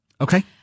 Okay